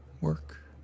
work